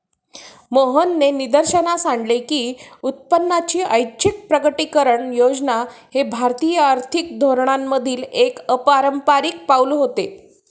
मोहननी निदर्शनास आणले की उत्पन्नाची ऐच्छिक प्रकटीकरण योजना हे भारतीय आर्थिक धोरणांमधील एक अपारंपारिक पाऊल होते